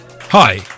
Hi